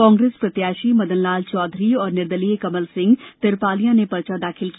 कांग्रेस के प्रत्याशी मदनलाल चौधरी और निर्दलीय कमल सिंह तिरपालिया ने पर्चा दाखिल किया